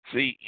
See